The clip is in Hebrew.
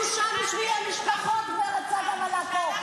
אנחנו שם בשביל המשפחות, גברת צגה מלקו.